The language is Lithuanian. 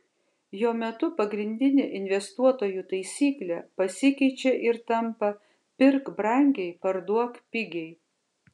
jo metu pagrindinė investuotojų taisyklė pasikeičia ir tampa pirk brangiai parduok pigiai